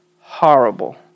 horrible